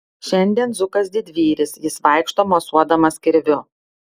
šiandien zukas didvyris jis vaikšto mosuodamas kirviu